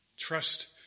Trust